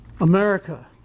America